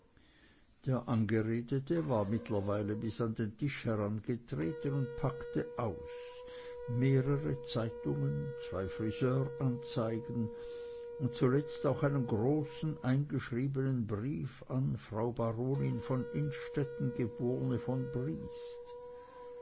der angeredete war mittlerweile bis an den tisch herangetreten und packte aus mehrere zeitungen zwei friseuranzeigen und zuletzt auch einen großen eingeschriebenen brief an frau baronin von innstetten geb von briest